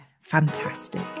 fantastic